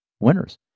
winners